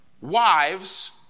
wives